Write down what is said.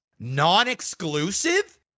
non-exclusive